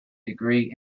degree